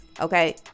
Okay